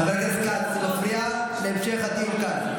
חבר הכנסת כץ, אתה מפריע להמשך הדיון כאן.